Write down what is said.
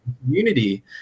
community